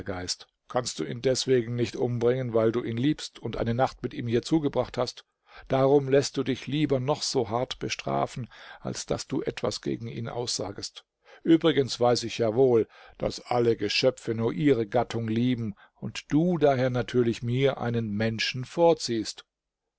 geist kannst du ihn deswegen nicht umbringen weil du ihn liebst und eine nacht mit ihm hier zugebracht hast darum läßt du dich lieber noch so hart bestrafen als daß du etwas gegen ihn aussagest übrigens weiß ich ja wohl daß alle geschöpfe nur ihre gattung lieben und du daher natürlich mir einen menschen vorziehst